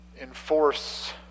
enforce